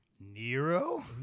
Nero